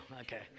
Okay